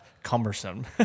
Cumbersome